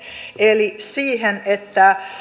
eli siihen että